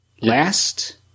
last